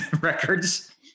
records